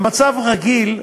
במצב רגיל,